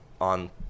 on